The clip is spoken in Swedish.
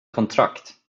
kontrakt